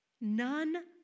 none